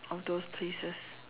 of those places